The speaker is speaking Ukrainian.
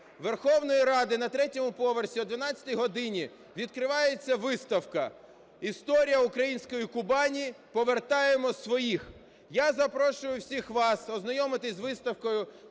Верховної Ради на третьому поверсі о 12 годині відкривається виставка "Історія української Кубані. Повертаємо своїх". Я запрошую всіх вас ознайомитися з виставкою,